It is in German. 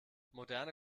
moderne